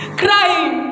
crying